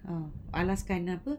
err alaskan apa